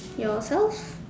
yourself